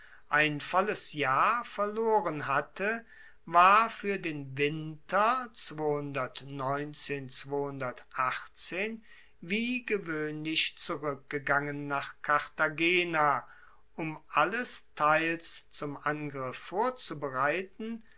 ein volles jahr verloren hatte war fuer den winter wie gewoehnlich zurueckgegangen nach cartagena um alles teils zum angriff vorzubereiten